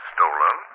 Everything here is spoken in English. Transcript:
Stolen